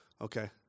Okay